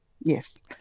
Yes